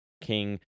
King